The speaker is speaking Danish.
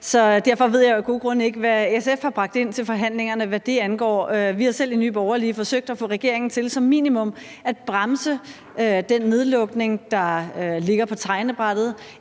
derfor ved jeg af gode grunde ikke, hvad SF har bragt ind til forhandlingerne, hvad det angår. Vi har selv i Nye Borgerlige forsøgt at få regeringen til som minimum at bremse den nedlukning, der ligger på tegnebrættet,